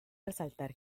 resaltar